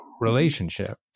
relationship